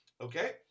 Okay